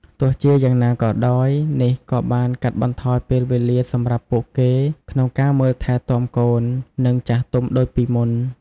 ទោះជាយ៉ាងណាក៏ដោយ នេះក៏បានកាត់បន្ថយពេលវេលាសម្រាប់ពួកគេក្នុងការមើលថែទាំកូន និងចាស់ទុំដូចពីមុន។